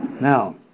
Now